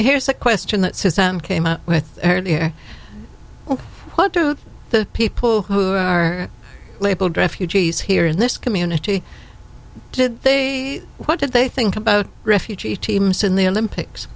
here's a question that system came up with here what do the people who are labeled refugees here in this community did they what did they think about refugee teams in the olympics